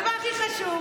הדבר הכי חשוב.